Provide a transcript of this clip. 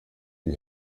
die